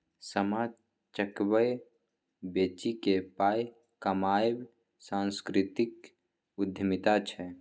सामा चकेबा बेचिकेँ पाय कमायब सांस्कृतिक उद्यमिता छै